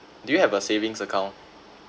do you have a savings account